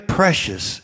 precious